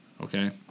Okay